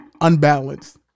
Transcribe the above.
Unbalanced